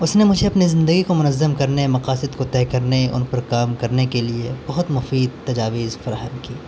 اس نے مجھے اپنے زندگی کو منظم کرنے مقاصد کو طے کرنے ان پر کام کرنے کے لیے بہت مفید تجاویز فراہم کی